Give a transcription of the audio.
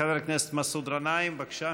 חבר הכנסת מסעוד גנאים, בבקשה.